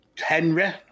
Henry